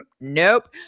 nope